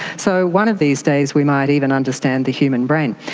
so one of these days we might even understand the human brain.